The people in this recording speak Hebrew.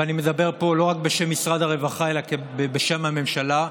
ואני מדבר פה לא רק בשם משרד הרווחה אלא בשם הממשלה,